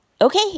Okay